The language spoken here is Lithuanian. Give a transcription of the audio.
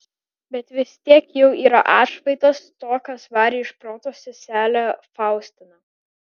bet vis tiek jau yra atšvaitas to kas varė iš proto seselę faustiną